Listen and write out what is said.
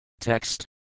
Text